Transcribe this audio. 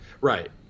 Right